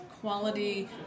Quality